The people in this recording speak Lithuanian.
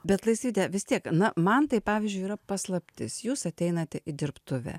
bet laisvyde vis tiek na man tai pavyzdžiui yra paslaptis jūs ateinate į dirbtuvę